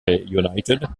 united